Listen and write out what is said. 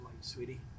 sweetie